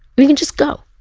we can just go!